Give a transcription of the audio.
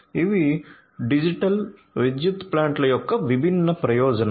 ఇవి డిజిటల్ విద్యుత్ ప్లాంట్ల యొక్క విభిన్న ప్రయోజనాలు